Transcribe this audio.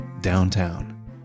downtown